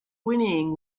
whinnying